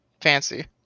fancy